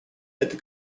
это